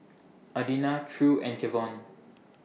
Adina True and Kevon